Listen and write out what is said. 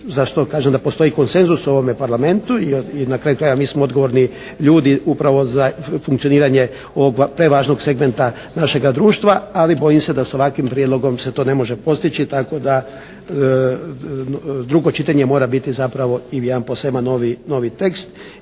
za što kažem da postoji konsenzus u ovome Parlamentu jer na kraju krajeva mi smo odgovorni ljudi upravo i za funkcioniranje ovog prevažnog segmenta našega društva, ali bojim se da sa ovakvim prijedlogom se to ne može postići tako da drugo čitanje mora biti zapravo ili jedan poseban novi tekst